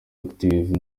active